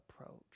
approach